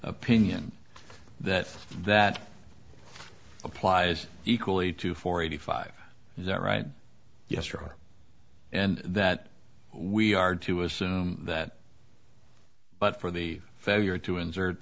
opinion that that applies equally to four eighty five is that right yesterday and that we are to assume that but for the failure to insert